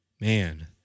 man